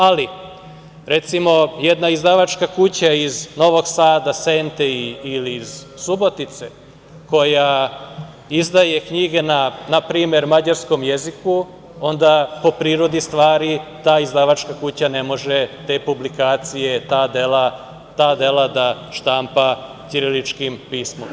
Ali, recimo jedna izdavačka kuća iz Novog Sada, Sente ili iz Subotice koja izdaje knjige na npr. mađarskom jeziku, po prirodi stvari ta izdavačka kuća ne može te publikacije, ta dela da štampa ćiriličnim pismom.